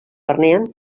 barnean